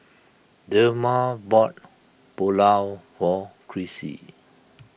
Delmer bought Pulao for Crissie